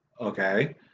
okay